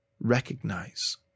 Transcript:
recognize